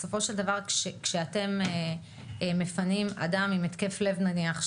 בסופו של דבר כשאתם מפנים אדם עם התקף לב נניח,